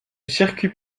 circuit